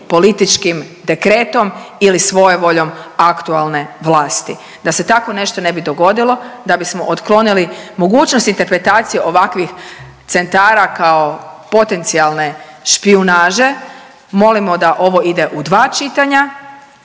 političkim dekretom ili svojevoljom aktualne vlasti. Da se tako nešto ne bi dogodilo, da bismo otklonili mogućnost interpretacije ovakvih centara kao potencijalne špijunaže, molimo da ovo ide u dva čitanja,